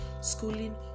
schooling